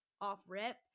off-rip